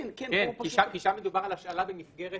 כן, כי שם מדובר על השאלה במסגרת